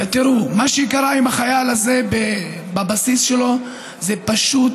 תראו, מה שקרה עם החייל הזה בבסיס שלו זה פשוט